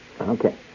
Okay